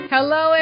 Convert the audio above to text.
Hello